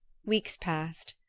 weeks passed.